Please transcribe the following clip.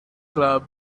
club